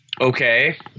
Okay